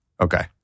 Okay